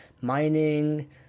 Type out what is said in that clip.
mining